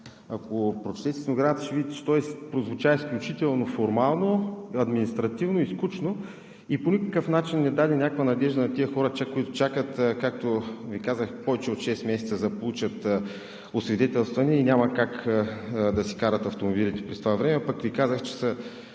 ако прочетете стенограмата ще видите, че той прозвуча изключително формално, административно и скучно и по никакъв начин не даде някаква надежда на тези хора, които чакат, както ми казаха, повече от шест месеца, за да получат освидетелстване и няма как да си карат автомобилите през това време, пък Ви и казах, че са